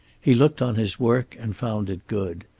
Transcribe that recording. he looked on his work and found it good.